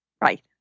Right